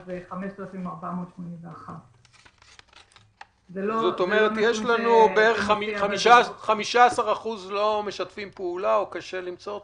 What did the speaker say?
המספר הכולל הוא 5,481. בערך 15% לא משתפים פעולה או קשה למצוא אותם?